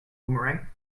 boomerang